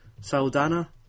Saldana